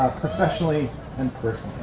professionally and